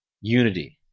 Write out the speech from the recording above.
Unity